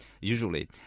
usually